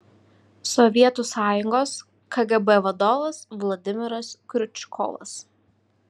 sovietų sąjungos kgb vadovas vladimiras kriučkovas